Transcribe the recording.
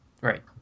Right